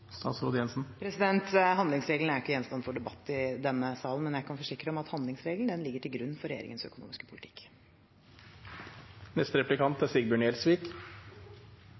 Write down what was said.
Handlingsregelen er ikke gjenstand for debatt i denne salen, men jeg kan forsikre om at handlingsregelen ligger til grunn for regjeringens økonomiske politikk. Oljefondet er